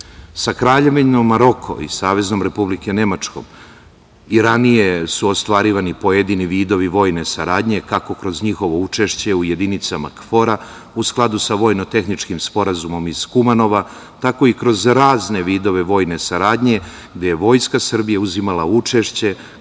Kraljevinom Maroko i Saveznom Republikom Nemačkom i ranije su ostvarivani pojedini vidovi vojne saradnje kako kroz njihovo učešće u jedinicama KFOR-a u skladu sa vojno-tehničkim sporazumom iz Kumanova, tako i kroz razne vidove vojne saradnje gde je Vojska Srbije uzimala učešće,